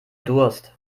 durst